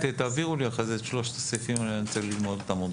תעבירו לי אחר כך את שלושת הסעיפים כי אני רוצה ללמוד אותם.